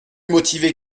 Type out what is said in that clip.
motivé